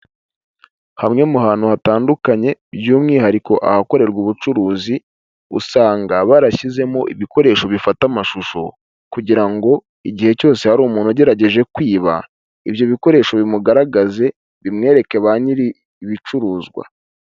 Hamwe mu hantu hatandukanye, by'umwihariko ahakorerwa ubucuruzi, usanga barashyizemo ibikoresho bifata amashusho kugira ngo igihe cyose hari umuntu ugerageje kwiba, ibyo bikoresho bimugaragaze bimwereke ba nyiri ibicuruzwa.